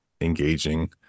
engaging